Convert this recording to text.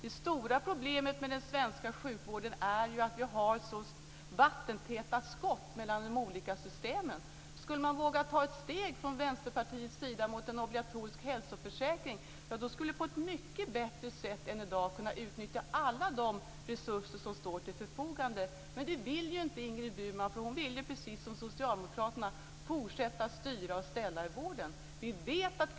Det stora problemet med den svenska sjukvården är att vi har så vattentäta skott mellan de olika systemen. Om man från Vänsterpartiets sida skulle våga ta ett steg mot en obligatorisk hälsoförsäkring kunde man på ett mycket bättre sätt än i dag utnyttja alla de resurser som står till förfogande. Men det vill inte Ingrid Burman, för hon vill fortsätta att styra och ställa i vården, precis som socialdemokraterna.